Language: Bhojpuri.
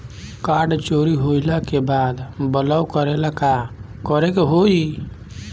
कार्ड चोरी होइला के बाद ब्लॉक करेला का करे के होई?